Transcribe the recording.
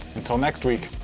until next week,